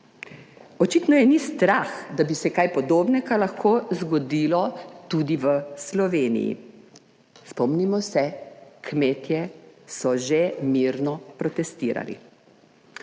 Očitno je ni strah, da bi se kaj podobnega lahko zgodilo tudi v Sloveniji. Spomnimo se, kmetje so že mirno protestirali.